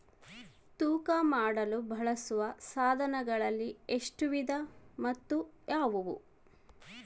ತೂಕ ಮಾಡಲು ಬಳಸುವ ಸಾಧನಗಳಲ್ಲಿ ಎಷ್ಟು ವಿಧ ಮತ್ತು ಯಾವುವು?